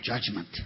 Judgment